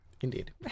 Indeed